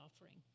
offering